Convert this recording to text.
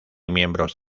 miembros